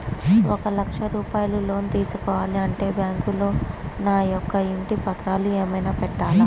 ఒక లక్ష రూపాయలు లోన్ తీసుకోవాలి అంటే బ్యాంకులో నా యొక్క ఇంటి పత్రాలు ఏమైనా పెట్టాలా?